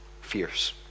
fierce